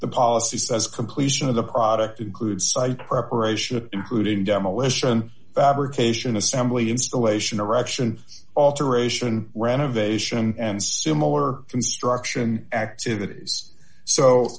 the policy says completion of the product include side preparation including demolition fabrication assembly installation erection alteration renovation and similar construction activities so